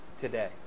today